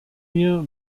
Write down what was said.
mir